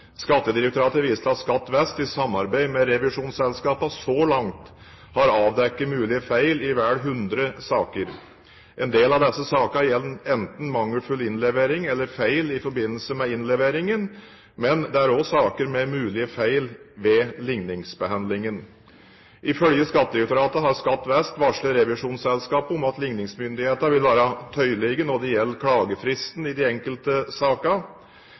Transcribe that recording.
Skattedirektoratet viser til at Skatt vest i samarbeid med revisjonsselskapene så langt har avdekket mulige feil i vel 100 saker. En del av disse sakene gjelder enten mangelfull innlevering eller feil i forbindelse med innleveringen, men det er også saker med mulige feil ved ligningsbehandlingen. Ifølge Skattedirektoratet har Skatt vest varslet revisjonsselskapene om at ligningsmyndighetene vil være tøyelige når det gjelder klagefristen i de enkelte